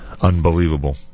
unbelievable